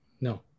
No